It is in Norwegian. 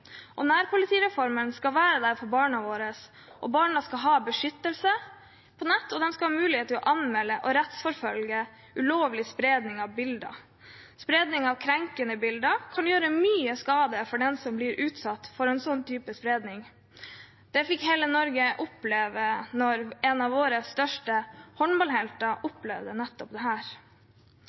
tyveri. Nærpolitireformen skal være der for barna våre, barna skal ha beskyttelse, og de skal ha mulighet til å anmelde og rettsforfølge ulovlig spredning av bilder. Spredning av krenkende bilder kan gjøre mye skade for den som blir utsatt for en slik type spredning. Det fikk hele Norge erfare da en våre største håndballhelter opplevde nettopp